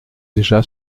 déjà